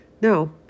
no